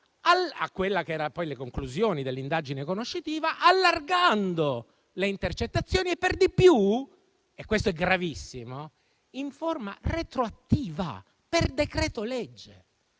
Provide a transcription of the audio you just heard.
direzione contraria alle conclusioni dell'indagine conoscitiva, allargando le intercettazioni e per di più - e questo è gravissimo - in forma retroattiva, per decreto-legge.